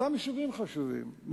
אותם יישובים חשובים,